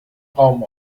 raum